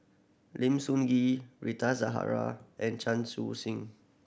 Lim Sun Gee Rita Zahara and Chan Chun Sing